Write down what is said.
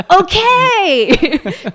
Okay